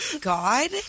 God